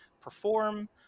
perform